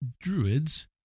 druids